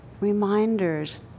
reminders